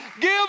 Give